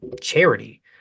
charity